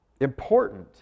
important